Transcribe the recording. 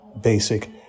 basic